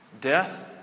death